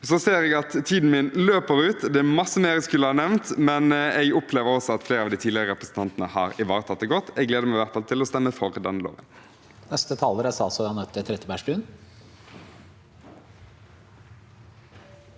Jeg ser at tiden løper ut, det er masse mer jeg skulle ha nevnt, men jeg opplever at flere av de tidligere representantene har ivaretatt det godt. Jeg gleder meg i hvert fall til å stemme for denne loven.